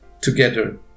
together